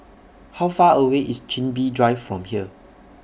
How Far away IS Chin Bee Drive from here